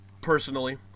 Personally